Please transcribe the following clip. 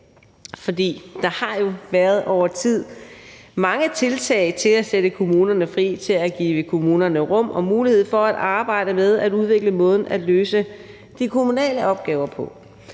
der har jo over tid været mange tiltag til at sætte kommunerne fri, til at give kommunerne rum og mulighed for at arbejde med at udvikle måden at løse de kommunale opgaver på.